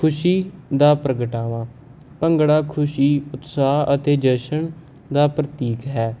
ਖ਼ੁਸੀਂ ਦਾ ਪ੍ਰਗਟਾਵਾ ਭੰਗੜਾ ਖੁਸ਼ੀ ਉਤਸਾਹ ਅਤੇ ਜਸ਼ਨ ਦਾ ਪ੍ਰਤੀਕ ਹੈ